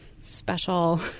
special